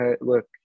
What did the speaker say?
look